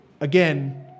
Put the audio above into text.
again